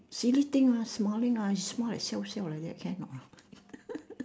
silly thing lah smiling lah smile like siao siao like that can what